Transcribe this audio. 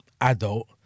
adult